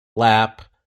lap